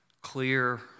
clear